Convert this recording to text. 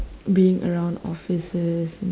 being around offices and